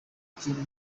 kintu